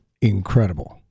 incredible